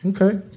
Okay